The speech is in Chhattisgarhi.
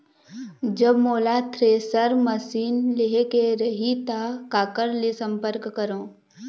जब मोला थ्रेसर मशीन लेहेक रही ता काकर ले संपर्क करों?